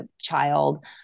child